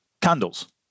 Candles